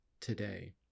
today